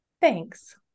Thanks